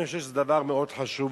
אני חושב שזה דבר מאוד חשוב.